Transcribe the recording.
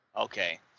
Okay